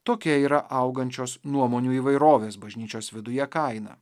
tokia yra augančios nuomonių įvairovės bažnyčios viduje kaina